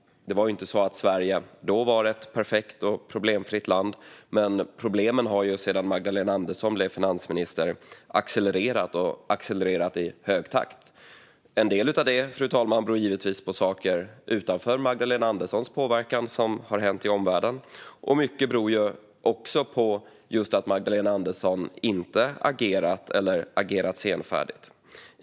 Det var inte så att Sverige då var ett perfekt och problemfritt land, men problemen har sedan Magdalena Andersson blev finansminister accelererat i hög takt. En del av det, fru talman, beror givetvis på saker som har hänt i omvärlden bortom Magdalena Anderssons påverkan. Mycket beror dock på att Magdalena Andersson inte har agerat eller har agerat senfärdigt.